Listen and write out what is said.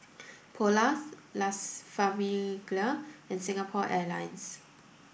Polars Las Famiglia and Singapore Airlines